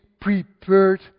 prepared